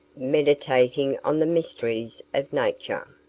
meditating on the mysteries of nature.